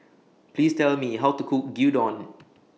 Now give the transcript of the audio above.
Please Tell Me How to Cook Gyudon